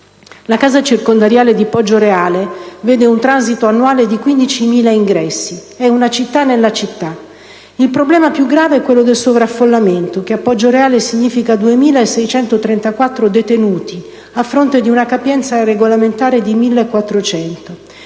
La casa circondariale di Poggioreale vede un transito annuale di 15.000 ingressi, è una città nella città. Il problema più grave è quello del sovraffollamento che a Poggioreale significa 2.634 detenuti, a fronte di una capienza regolamentare di 1.400,